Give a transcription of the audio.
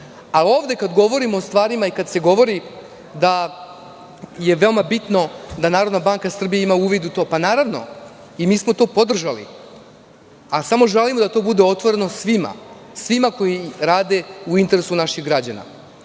Ali, kada govorimo o stvarima i kada se govori da je veoma bitno da NBS ima uvid u to, naravno, mi smo to podržali, ali samo želimo da to bude otvoreno svima koji rade u interesu naših građana. Kada